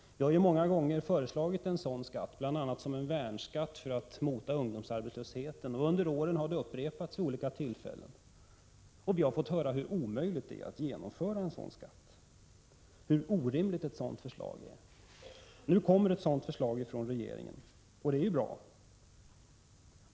Vi har många gånger föreslagit en sådan skatt, bl.a. som en värnskatt för att motverka ungdomsarbetslösheten. Under årens lopp har detta förslag vid olika tillfällen upprepats. Vi har fått höra hur omöjligt det är att genomföra en sådan skatt, och hur orimligt ett sådant förslag är. Nu lägger regeringen fram ett sådant förslag, och det är ju bra.